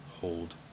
hold